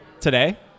today